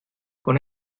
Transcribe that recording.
con